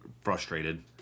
frustrated